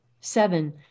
Seven